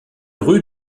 rue